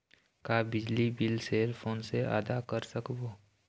का बिजली bill cell phone से आदा कर सकबो?